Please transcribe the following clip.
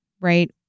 right